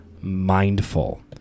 mindful